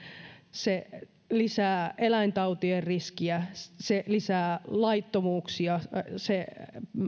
se lisää eläintautien riskiä se lisää laittomuuksia se